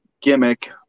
gimmick